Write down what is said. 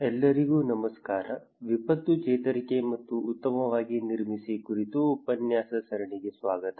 ಎಲ್ಲರಿಗೂ ನಮಸ್ಕಾರ ವಿಪತ್ತು ಚೇತರಿಕೆ ಮತ್ತು ಉತ್ತಮವಾಗಿ ನಿರ್ಮಿಸಿ ಕುರಿತು ಉಪನ್ಯಾಸ ಸರಣಿಗೆ ಸುಸ್ವಾಗತ